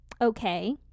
okay